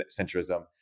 centrism